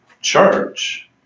church